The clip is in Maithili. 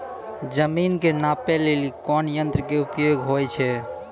जमीन के नापै लेली कोन यंत्र के उपयोग होय छै?